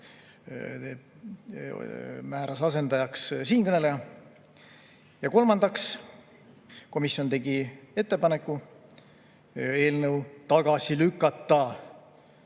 komisjon asendajaks siinkõneleja. Ja kolmandaks, komisjon tegi ettepaneku eelnõu tagasi lükata.